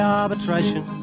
arbitration